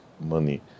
money